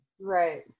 Right